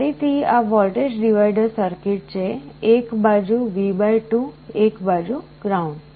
ફરીથી આ voltage divider circuit છે એક બાજુ V2 એક બાજુ ગ્રાઉન્ડ